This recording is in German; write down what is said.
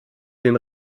den